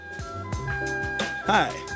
Hi